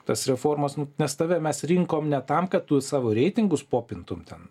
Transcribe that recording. tas reformas nes tave mes rinkom ne tam kad tu savo reitingus popintum ten